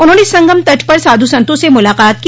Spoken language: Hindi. उन्होंने संगम तट पर साधु संतो से मुलाकात की